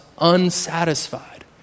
unsatisfied